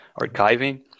archiving